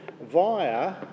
via